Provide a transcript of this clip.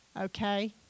Okay